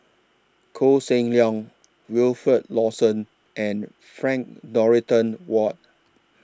Koh Seng Leong Wilfed Lawson and Frank Dorrington Ward